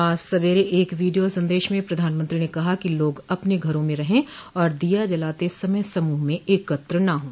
आज सवेरे एक वीडियों संदेंश में प्रधानमंत्री ने कहा कि लोग अपने घर में रहें और दिया जलाते समय समूह में एकत्र न हों